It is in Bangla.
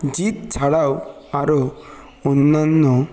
জিৎ ছাড়াও আরো অন্যান্য